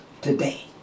today